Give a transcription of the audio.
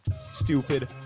stupid